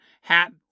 hat